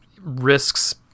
risks